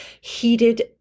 heated